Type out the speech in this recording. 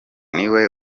niwe